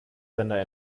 sender